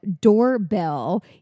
doorbell